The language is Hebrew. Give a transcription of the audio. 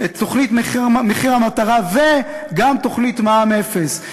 תוכנית מחיר המטרה וגם תוכנית מע"מ אפס.